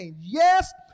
Yes